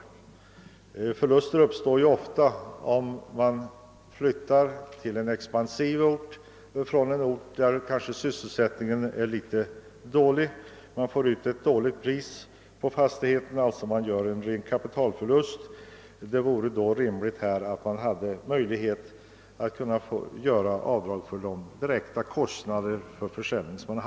Och förluster uppstår ofta vid flyttning till en expansiv ort från en ort där sysselsättningen är dålig. Då får säljaren ett lågt pris på sin fastighet och gör alltså en kapitalförlust. Det vore rimligt om han då fick göra avdrag för de direkta kostnaderna för försäljningen.